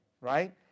right